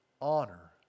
honor